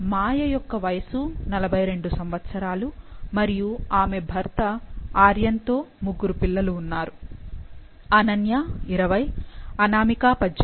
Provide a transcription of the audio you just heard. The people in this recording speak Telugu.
మాయ యొక్క వయసు 42 సంవత్సరాలు మరియు ఆమె భర్త ఆర్యన్తో ముగ్గురు పిల్లలు ఉన్నారు అనన్య 20 అనామిక 18 మరియు తరుణ్ 15